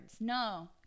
No